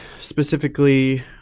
specifically